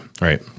right